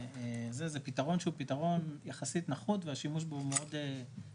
זה פתרון שהוא יחסית פתרון נחות והשימוש בו הוא מאוד מצומצם.